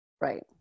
Right